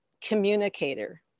communicator